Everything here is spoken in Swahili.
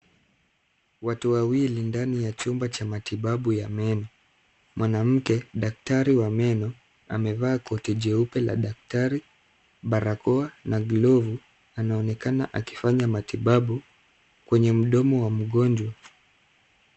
Watu wawili ndani ya chumba cha matibabu ya meno. Mwanamke, daktari wa meno amevaa koti jeupe la daktari, barakoa na glovu, anaonekana akifanya matibabu kwenye mdomo wa mgonjwa.